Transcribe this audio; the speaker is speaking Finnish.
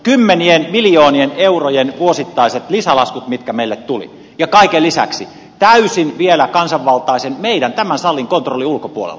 kymmenien miljoonien eurojen vuosittaiset lisälaskut mitkä meille tulivat ja kaiken lisäksi vielä täysin kansanvaltaisen meidän tämän salin kontrollin ulkopuolella